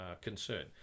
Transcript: concern